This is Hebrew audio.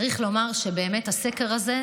צריך לומר שהסקר הזה,